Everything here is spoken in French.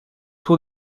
tour